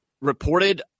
reported